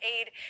aid